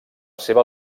seva